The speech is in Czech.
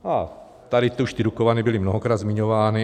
Ale tady už ty Dukovany byly mnohokrát zmiňovány.